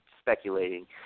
speculating